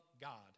God